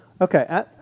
Okay